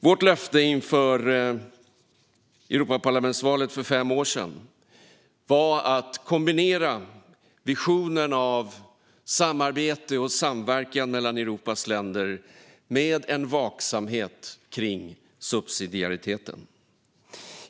Vårt löfte inför Europaparlamentsvalet för fem år sedan var att kombinera visionen om samarbete och samverkan mellan Europas länder med en vaksamhet när det gäller subsidiariteten.